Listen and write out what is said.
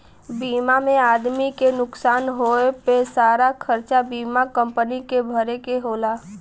बीमा में आदमी के नुकसान होए पे सारा खरचा बीमा कम्पनी के भरे के होला